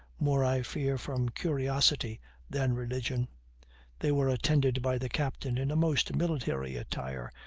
more, i fear, from curiosity than religion they were attended by the captain in a most military attire,